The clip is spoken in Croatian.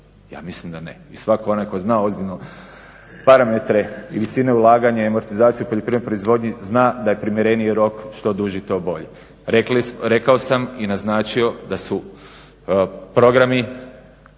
Ja mislim da ne i svak onaj tko zna ozbiljno parametre i visine ulaganja i amortizaciju u poljoprivrednoj proizvodnji zna da je primjereniji rok što duži to bolji. Rekao sam i naznačio da su programi,